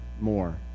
more